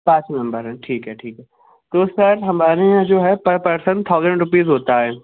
پانچ ممبر ہیں ٹھیک ہے ٹھیک ہے تو سر ہمارے یہاں جو ہے پر پرسن تھاؤزینڈ روپیز ہوتا ہے